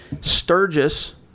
Sturgis